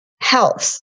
health